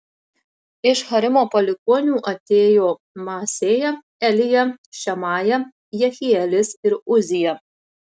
iš harimo palikuonių atėjo maasėja elija šemaja jehielis ir uzija